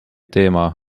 teema